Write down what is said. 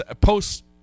post